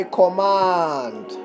command